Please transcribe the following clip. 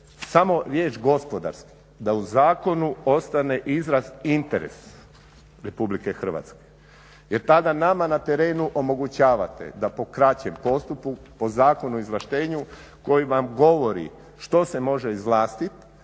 samo riječ gospodarski, da u zakonu ostane izraz interes RH jer tada nama na terenu omogućavate da po kraćem postupku po Zakonu o izvlaštenju koji vam govori što se može izvlastiti